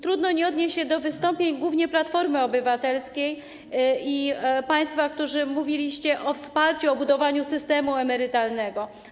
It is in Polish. Trudno nie odnieść się do wystąpień głównie Platformy Obywatelskiej i tych z państwa, którzy mówili o wsparciu, o budowaniu systemu emerytalnego.